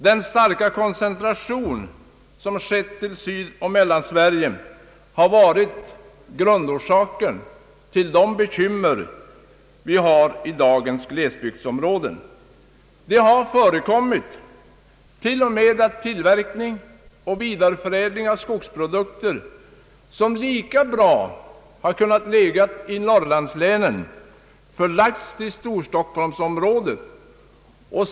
Den starka koncentration som skett till Sydoch Mellansverige har varit grundorsaken till de bekymmer vi har i dagens glesbygdsområden. Det har t.o.m. förekommit att tillverkning och vidareförädling av skogsprodukter, som lika bra kunnat ligga i Norrlandslänen, har förlagts till Storstockholmsområdet.